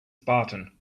spartan